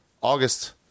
August